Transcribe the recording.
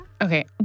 Okay